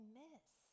miss